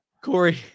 Corey